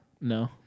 No